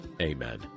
amen